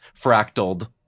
fractaled